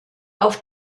auf